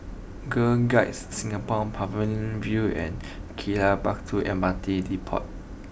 Girl Guides Singapore Pavilion view and Gali Batu M R T Depot